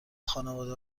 خانواده